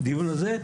בדיון הזה.